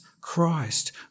Christ